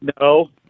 No